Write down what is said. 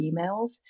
emails